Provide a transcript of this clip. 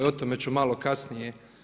O tome ću malo kasnije.